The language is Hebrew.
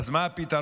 אז מה הפתרון?